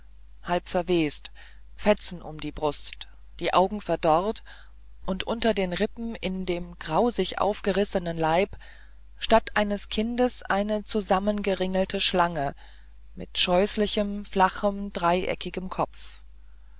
halb verwest fetzen um die brust die augen verdorrt und unter den rippen in dem grausig aufgerissenen leib statt eines kindes eine zusammengeringelte schlange mit scheußlichem flachem dreieckigem kopf